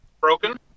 broken